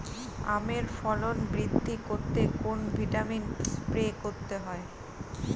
আমের ফলন বৃদ্ধি করতে কোন ভিটামিন স্প্রে করতে হয়?